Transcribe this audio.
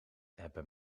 hebben